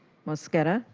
mosqueda.